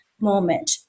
moment